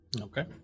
Okay